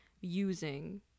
using